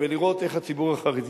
ולראות איך הציבור החרדי.